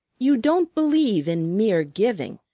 you don't believe in mere giving.